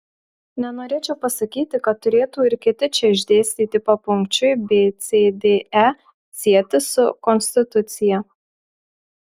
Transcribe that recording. nenorėčiau pasakyti kad turėtų ir kiti čia išdėstyti papunkčiui b c d e sietis su konstitucija